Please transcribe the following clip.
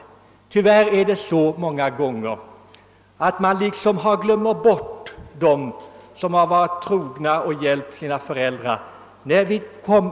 Tyvärr är det många gånger så att man glömmer bort dem som varit trogna och hjälpt sina föräldrar.